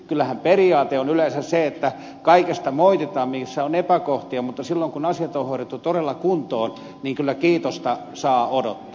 kyllähän periaate on yleensä se että kaikesta moititaan missä on epäkohtia mutta silloin kun asiat on hoidettu todella kuntoon kyllä kiitosta saa odottaa